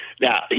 Now